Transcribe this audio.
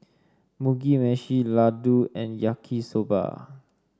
Mugi Meshi Ladoo and Yaki Soba